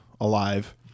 alive